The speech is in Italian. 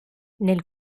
nel